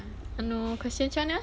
question macam mana ah